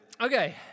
Okay